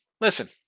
Listen